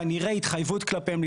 ויש לך כנראה התחייבויות כלפיהם,